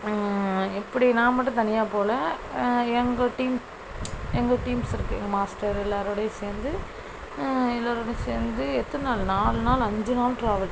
எப்படி நான் மட்டும் தனியாக போகல எங்கள் டீம் எங்கள் டீம்ஸ் இருக்கு எங்கள் மாஸ்டர் எல்லாரோடையும் சேர்ந்து எல்லாரோடையும் சேர்ந்து எத்துநாள் நால் நாள் அஞ்சு நாள் ட்ராவல்